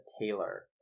Taylor